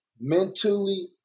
mentally